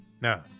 no